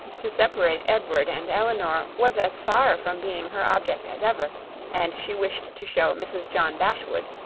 to separate edward and elinor was as far from being her object as ever and she wished to show mrs. john dashwood,